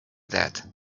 that